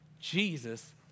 Jesus